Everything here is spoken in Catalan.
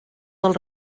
del